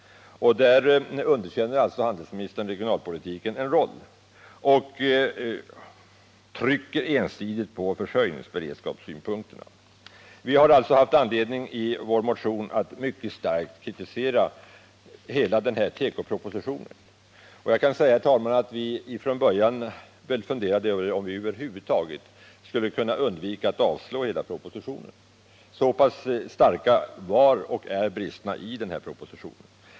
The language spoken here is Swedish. Handelsministern frånkänner alltså regionalpolitiken en roll och trycker ensidigt på försörjningsberedskapssynpunkterna. Vi har därför haft anledning att i vår motion mycket starkt kritisera hela denna tekoproposition. Från början funderade vi över om vi över huvud taget skulle kunna undvika att avstyrka hela propositionen. Så pass starka är bristerna i propositionen.